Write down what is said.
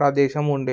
ప్రదేశం ఉండే